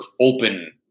open